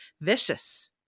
vicious